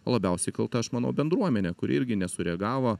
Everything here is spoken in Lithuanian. labiausiai kalta aš manau bendruomenė kuri irgi nesureagavo